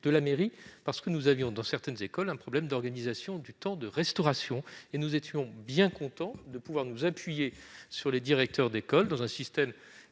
de directeurs d'école. Nous avions, dans certaines écoles, un problème d'organisation du temps de restauration. Nous étions alors bien contents de pouvoir nous appuyer sur les directeurs dans un système